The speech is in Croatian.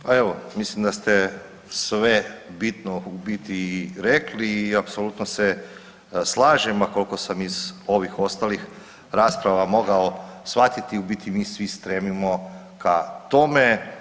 Pa evo, mislim da ste sve bitno u biti i rekli i apsolutno se slažem, a koliko sam iz ovih ostalih rasprava mogao shvatiti, u biti mi svi stremimo ka tome.